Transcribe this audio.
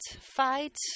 fight